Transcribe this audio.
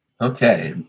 Okay